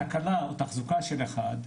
תקלה או תחזוקה של אחד,